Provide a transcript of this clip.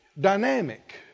dynamic